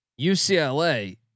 UCLA